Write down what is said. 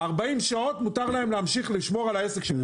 40 שעות מותר להן לשמור על העסק שלהן.